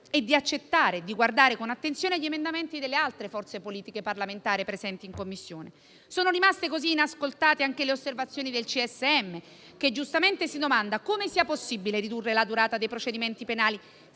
né ha accettato di guardare con attenzione gli emendamenti delle altre forze politiche parlamentari presenti in Commissione. Sono rimaste così inascoltate anche le osservazioni del Consiglio superiore della magistratura, che giustamente si domanda come sia possibile ridurre la durata dei procedimenti penali,